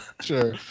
Sure